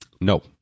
No